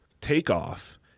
takeoff